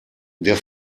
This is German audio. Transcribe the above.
der